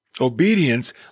obedience